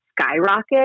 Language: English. skyrocket